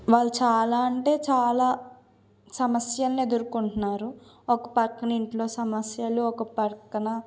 వాళ్ళు చాలా అంటే చాలా సమస్యలని ఎదుర్కొంటున్నారు ఒక పక్కన ఇంట్లో సమస్యలు ఒక పక్కన